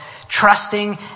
trusting